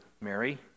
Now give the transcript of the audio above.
Mary